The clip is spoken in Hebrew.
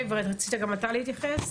רצית גם אתה להתייחס?